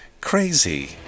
crazy